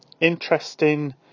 interesting